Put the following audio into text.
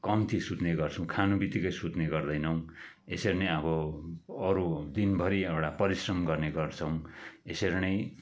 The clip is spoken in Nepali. कम्ती सुत्ने गर्छौँ खानु बित्तिकै सुत्ने गर्दैनौँ यसरी नै अब अरू दिनभरि एउटा परिश्रम गर्ने गर्छौँ यसरी नै